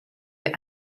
the